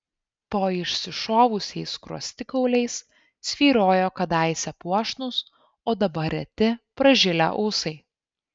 po išsišovusiais skruostikauliais svyrojo kadaise puošnūs o dabar reti pražilę ūsai